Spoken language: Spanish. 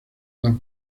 las